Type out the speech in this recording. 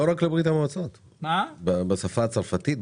לא רק מברית המועצות צריך גם בשפה הצרפתית,